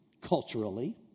culturally